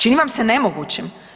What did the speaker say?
Čini vam se nemogućim?